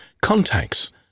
contacts